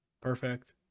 Perfect